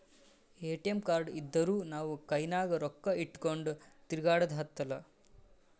ATM card ಇದ್ದೂರ್ ನಾವು ಕೈನಾಗ್ ರೊಕ್ಕಾ ಇಟ್ಗೊಂಡ್ ತಿರ್ಗ್ಯಾಡದ್ ಹತ್ತಲಾ